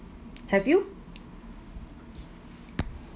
have you